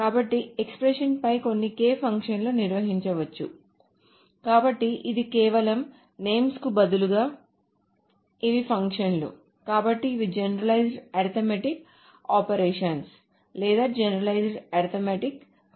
కాబట్టి ఎక్స్ప్రెషన్ పై కొన్ని k ఫంక్షన్లను నిర్వచించవచ్చు కాబట్టి ఇవి కేవలం నేమ్స్ కు బదులుగా ఇవి ఫంక్షన్లు కాబట్టి ఇవి జనరలైజ్డ్ అరిథిమాటిక్ ఆపరేషన్స్ లేదా జనరలైజ్డ్ అరిథిమాటిక్ ఫంక్షన్లు